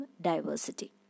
diversity